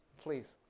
please.